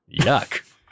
Yuck